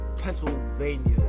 Pennsylvania